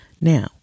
Now